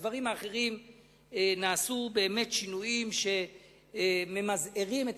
בדברים האחרים נעשו באמת שינויים שממזערים את